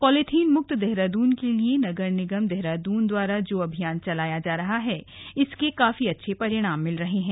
polythene मुक्त देहरादून के लिए नगर निगम देहरादून द्वारा जो अभियान चलाया जा रहा है इसके काफी अच्छे परिणाम मिल रहे हैं